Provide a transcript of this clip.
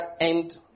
end